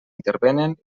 intervenen